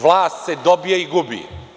Vlast se dobija i gubi.